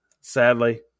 sadly